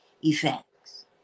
effects